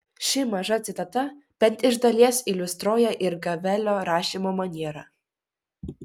ši maža citata bent iš dalies iliustruoja ir gavelio rašymo manierą